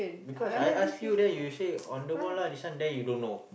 because I ask you then you say on the ball lah this one then you don't know